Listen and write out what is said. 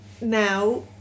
now